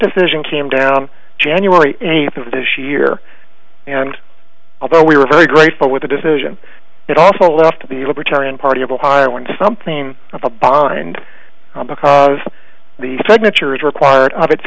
decision came down january eighth of this year and although we were very grateful with the decision it also left the libertarian party of ohio in something of a bind because the fed nature is required of its